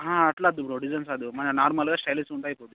అట్లా వద్దు bro designs వద్దు మన నార్మల్గా స్టైలిష్గా ఉంటే అయిపోద్ది